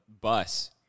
bus